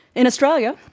in australia,